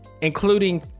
including